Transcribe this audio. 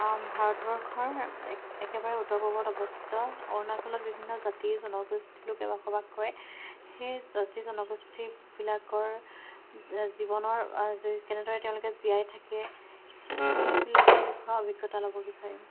ভাৰতবৰ্ষৰ একেবাৰে উত্তৰ পূৱত অৱস্থিত অৰুণাচলত বিভিন্ন জাতি জনগোষ্ঠীলোকে বসবাস কৰে সেই জাতি জনগোষ্ঠীবিলাকৰ জীৱনৰ কেনেদৰে তেওঁলোকে জীয়াই থাকে সেইবিলাকৰ বিষয়ে অভিজ্ঞতা ল'ব বিচাৰিম